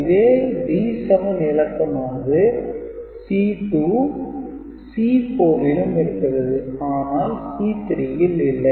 இதே D7 இலக்கமானது C2 C4 விலும் இருக்கிறது ஆனால் C3 ல் இல்லை